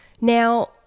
Now